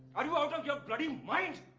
are you out of your bloody mind?